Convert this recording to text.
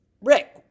Rick